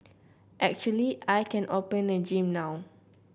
actually I can open a gym now